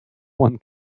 one